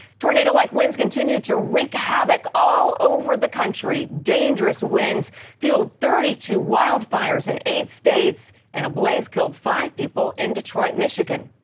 tornado-like winds continue to wrea wreak havoc all over the country. dangerous winds fueled thirty two wildfires in eight states, and a blaze killed five people in detroit, michigan.